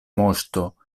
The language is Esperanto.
moŝto